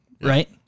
right